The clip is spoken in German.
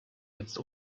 jetzt